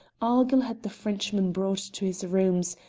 argyll had the frenchman brought to his rooms,